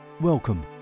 Welcome